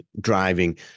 driving